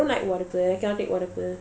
I cannot take